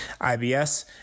IBS